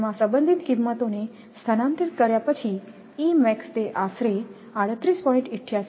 તેમાં સંબંધિત કિંમતોને સ્થાનાંતરિત કર્યા પછી તે આશરે 38